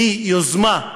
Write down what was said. מיוזמה,